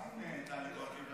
מה עם טלי גוטליב?